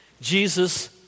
Jesus